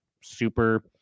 super